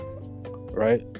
right